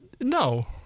no